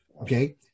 okay